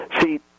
See